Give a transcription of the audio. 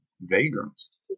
vagrants